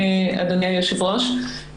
אדוני היושב ראש,